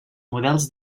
models